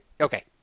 Okay